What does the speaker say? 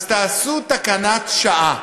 אז תעשו תקנת שעה.